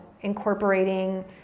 incorporating